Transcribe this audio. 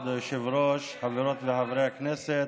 כבוד היושב-ראש, חברות וחברי הכנסת,